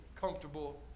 comfortable